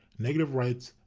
negative rights,